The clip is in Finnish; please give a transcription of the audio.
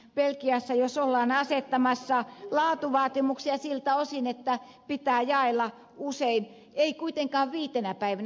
belgiassa jos ollaan asettamassa laatuvaatimuksia siltä osin että pitää jaella usein ei kuitenkaan viitenä päivänä